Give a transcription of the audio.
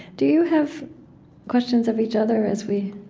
do you have questions of each other as we